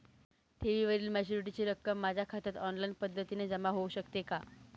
ठेवीवरील मॅच्युरिटीची रक्कम माझ्या खात्यात ऑनलाईन पद्धतीने जमा होऊ शकते का?